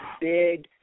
big